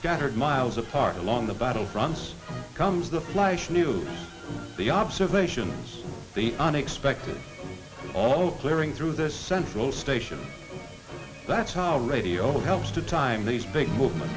scattered miles apart along the battle fronts comes the flesh new the observations the unexpected all clearing through this central station that's how radio helps to time these big movement